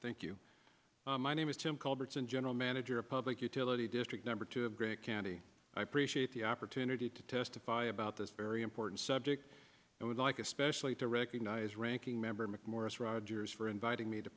thank you my name is jim called arts and general manager of public utility district number two a great candy i appreciate the opportunity to testify about this very important subject and would like especially to recognize ranking member mcmorris rogers for inviting me to